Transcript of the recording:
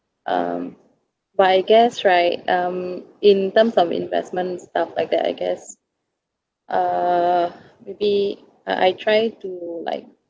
um but I guess right um in terms of investments stuff like that I guess uh maybe uh I try to like